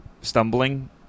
stumbling